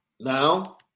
Now